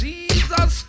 Jesus